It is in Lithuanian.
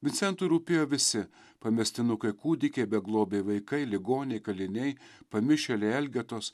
vincentui rūpėjo visi pamestinukai kūdikiai beglobiai vaikai ligoniai kaliniai pamišėliai elgetos